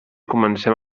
comencem